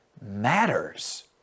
matters